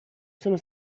sono